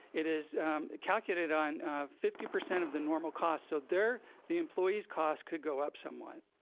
it is calculated on fifty percent of the normal cost. so their, the employees' cost, could go up somewhat,